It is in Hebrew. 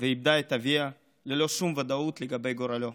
ואיבדה את אביה ללא שום ודאות לגבי גורלו.